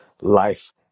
life